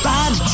Bad